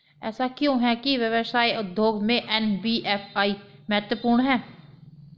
ऐसा क्यों है कि व्यवसाय उद्योग में एन.बी.एफ.आई महत्वपूर्ण है?